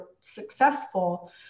successful